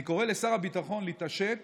אני קורא לשר הביטחון להתעשת